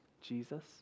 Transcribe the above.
Jesus